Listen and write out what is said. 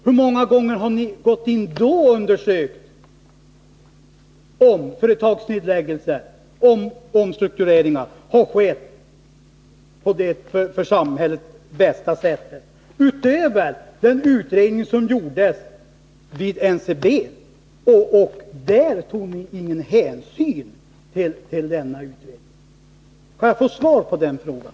Hur många gånger har ni då gått in och undersökt om företagsnedläggelser och omstruktureringar har skett på det för samhället bästa sättet, utöver den utredning som gjordes vid NCB? Där tog ni ingen hänsyn till denna utredning. Kan jag få svar på den frågan?